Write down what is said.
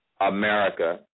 America